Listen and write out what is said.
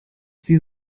sie